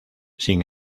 sin